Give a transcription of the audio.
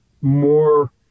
more